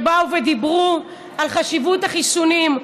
שבאו ודיברו על חשיבות החיסונים.